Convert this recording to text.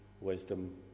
wisdom